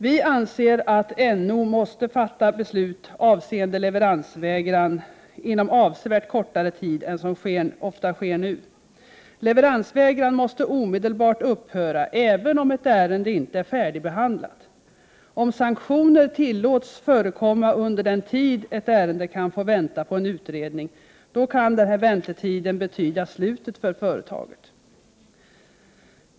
Vi anser att NO måste fatta beslut avseende leveransvägran inom avsevärt kortare tid än som nu ofta sker. Leveransvägran måste omedelbart upphöra, även om ett ärende inte är färdigbehandlat. Om sanktioner tillåts förekomma under den tid som ett ärende kan få vänta på utredning kan denna väntetid betyda slutet för företaget.